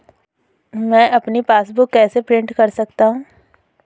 मैं अपनी पासबुक कैसे प्रिंट कर सकता हूँ?